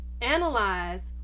Analyze